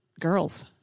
girls